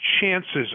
chances